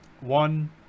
One